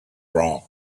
wrong